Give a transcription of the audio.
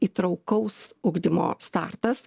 įtraukaus ugdymo startas